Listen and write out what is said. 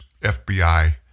FBI